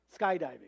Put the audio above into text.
skydiving